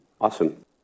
Awesome